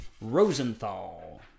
Rosenthal